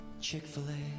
Chick-fil-A